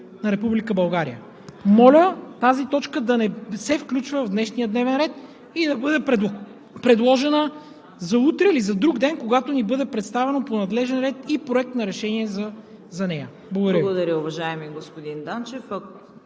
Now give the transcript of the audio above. България. Моля тази точка да не се включва в днешния дневен ред и да бъде предложена за утре или за друг ден, когато ни бъде представен по надлежния ред и проект на решение по нея. Благодаря